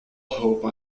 hope